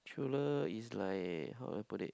thriller is like how do I put it